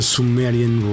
Sumerian